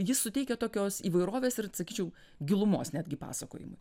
jis suteikia tokios įvairovės ir sakyčiau gilumos netgi pasakojimui